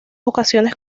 ocasiones